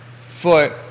foot